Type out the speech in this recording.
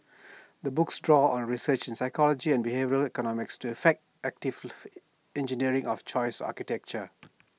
the books draws on research in psychology and behavioural economics to effect active engineering of choice architecture